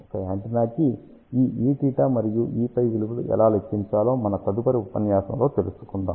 ఒక యాంటెన్నా కి ఈ E𝜽 మరియు Eϕ విలువలు ఎలా లెక్కించాలో మన తదుపరి ఉపన్యాసంలో తెలుసుకుందాము